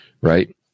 right